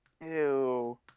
Ew